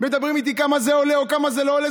מדברים איתי על כמה זה עולה או כמה זה לא עולה.